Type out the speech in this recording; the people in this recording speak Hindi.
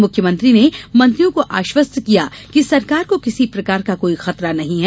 मुख्यमंत्री ने मंत्रियों को आश्वस्त किया कि सरकार को किसी प्रकार का कोई खतरा नहीं है